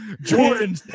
Jordan